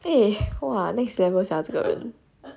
!wah! next level sia 这个人